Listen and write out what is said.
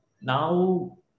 now